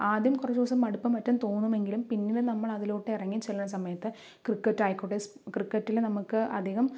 ആദ്യം കുറച്ച് ദിവസം മടുപ്പും മറ്റും തോന്നുമെങ്കിലും പിന്നീട് നമ്മൾ അതിലോട്ട് ഇറങ്ങി ചെല്ലണ സമയത്ത് ക്രിക്കറ്റ് ആയിക്കോട്ടെ ക്രിക്കറ്റില് നമുക്ക് അധികം